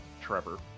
Trevor